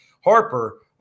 Harper –